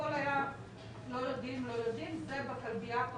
הכל היה "לא יודעים זה בכלביה הפרטית,